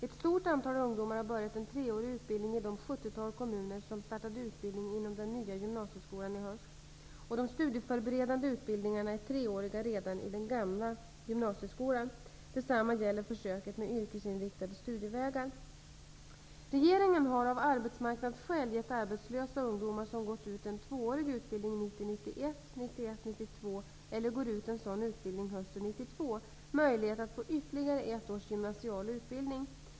Ett stort antal ungdomar har börjat en treårig utbildning i de sjuttiotal kommuner som startade utbildning inom den nya gymnasieskolan i höst. De studieförberedande utbildningarna är treåriga redan i den gamla gymnasieskolan. Detsamma gäller försöket med yrkesinriktade studievägar. Regeringen har av arbetsmarknadsskäl gett arbetslösa ungdomar som gått ut en tvåårig utbildning 1990 92 eller går ut en sådan utbildning hösten 1992 möjlighet att få ytterligare ett års gymnasial utbildning.